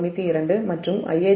192 மற்றும் Ia0j6